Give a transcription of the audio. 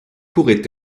pourrait